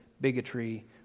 bigotry